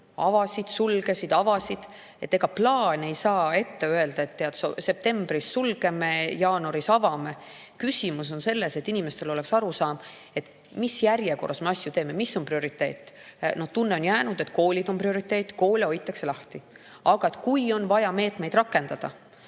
avasid, sulgesid, avasid. Ega plaan ei saa ette öelda, et septembris sulgeme, jaanuaris avame. Küsimus on selles, et inimestel oleks arusaam, mis järjekorras me asju teeme, mis on prioriteet. Tunne on jäänud, et koolid on prioriteet, koole hoitakse lahti. Aga kui on vaja meetmeid rakendada,